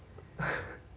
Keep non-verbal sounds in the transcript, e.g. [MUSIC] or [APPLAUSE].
[LAUGHS]